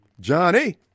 johnny